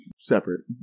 separate